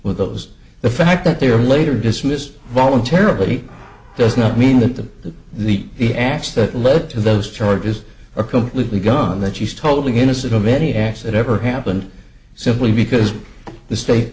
those the fact that they were later dismissed voluntarily does not mean that the need he asked that led to those charges are completely gun that she's totally innocent of any acts that ever happened simply because the state